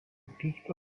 týchto